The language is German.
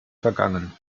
vergangen